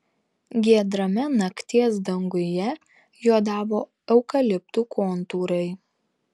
giedrame nakties danguje juodavo eukaliptų kontūrai